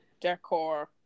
decor